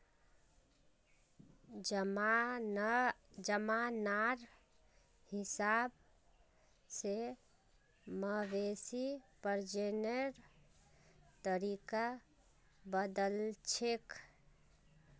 जमानार हिसाब से मवेशी प्रजननेर तरीका बदलछेक